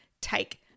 take